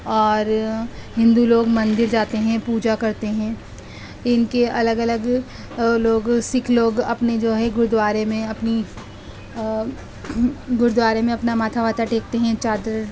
اور ہندو لوگ مندر جاتے ہیں پوجا کرتے ہیں ان کے الگ الگ لوگ سکھ لوگ اپنے جو ہے گرودوارے میں اپنی گرودوارے میں اپنا ماتھا واتا ٹیکتے ہیں چادر